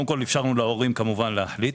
אפשרנו להורים להחליט.